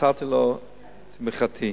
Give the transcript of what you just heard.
מסרתי לו את תמיכתי.